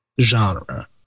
genre